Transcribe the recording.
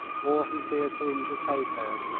or he feared to injure tato,